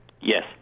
Yes